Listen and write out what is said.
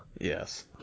yes